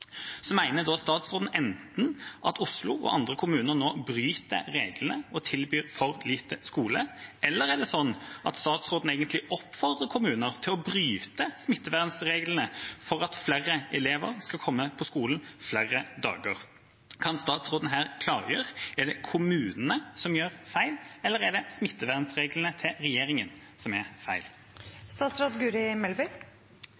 Så mener da statsråden enten at Oslo og andre kommuner nå bryter reglene og tilbyr for lite skole, eller er det sånn at statsråden egentlig oppfordrer kommuner til å bryte smittevernreglene for at flere elever skal komme på skolen flere dager? Kan statsråden her klargjøre: Er det kommunene som gjør feil, eller er det smittevernreglene til regjeringa som er